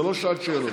זו לא שעת שאלות.